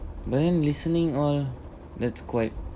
but then listening all that's quite